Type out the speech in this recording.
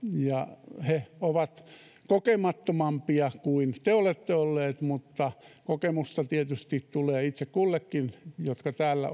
ja he ovat kokemattomampia kuin te olette olleet mutta kokemusta tietysti tulee aina itse kullekin joka täällä